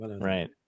Right